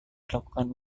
dilakukan